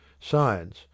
science